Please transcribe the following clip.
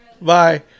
Bye